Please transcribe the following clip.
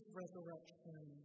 resurrection